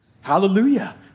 Hallelujah